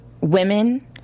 women